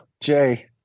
Jay